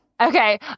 Okay